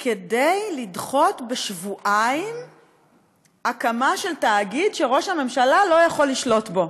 אלא כדי לדחות בשבועיים הקמה של תאגיד שראש הממשלה לא יכול לשלוט בו.